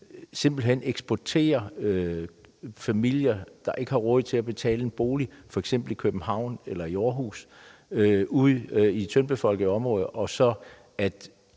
simpelt hen eksporterer familier, der ikke har råd til at betale en bolig i f.eks. København eller Aarhus, til de tyndtbefolkede områder, så